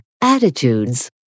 attitudes